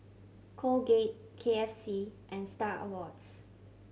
Colgate K F C and Star Awards